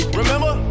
remember